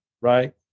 right